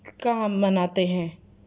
کا ہم مناتے ہیں